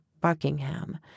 Buckingham